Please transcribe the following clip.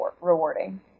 rewarding